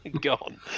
Gone